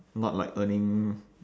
not like earning